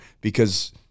because-